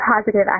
positive